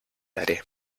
daré